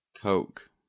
Coke